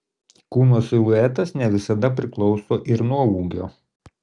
kūno siluetas ne visada priklauso ir nuo ūgio